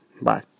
Bye